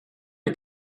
ihr